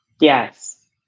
Yes